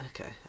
Okay